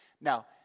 Now